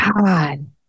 God